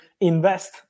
invest